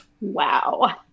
Wow